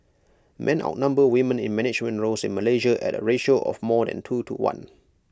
men outnumber women in management roles in Malaysia at A ratio of more than two to one